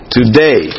today